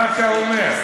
מה אתה אומר?